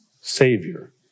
Savior